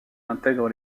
intègre